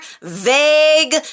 vague